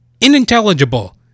Inintelligible